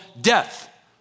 death